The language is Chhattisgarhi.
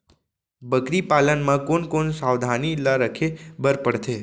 बकरी पालन म कोन कोन सावधानी ल रखे बर पढ़थे?